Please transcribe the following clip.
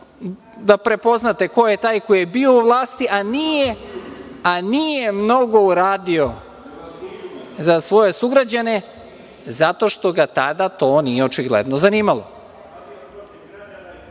da prepoznate ko je taj ko je bio u vlasti, a nije mnogo uradio za svoje sugrađane zato što ga tada to nije očigledno zanimalo. Ja